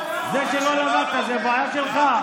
זה שלא למדת, זה בעיה שלך.